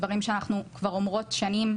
דברים שאנחנו כבר אומרות שנים,